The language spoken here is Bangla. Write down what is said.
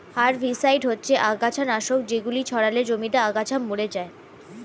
হারভিসাইড হচ্ছে আগাছানাশক যেগুলো ছড়ালে জমিতে আগাছা মরে যায়